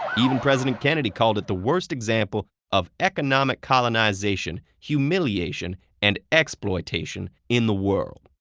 even president kennedy called it the worst example of economic colonization, humiliation, and exploitation in the world.